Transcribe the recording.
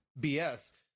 BS